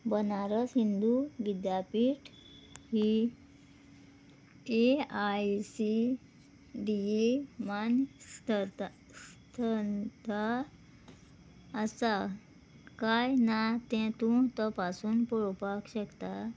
बनारस हिंदू विद्यापीठ ही A I C D मान्य सन संथा आसा काय ना तें तूं तपासून पळोवपाक शकता